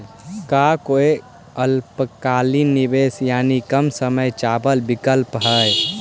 का कोई अल्पकालिक निवेश यानी कम समय चावल विकल्प हई?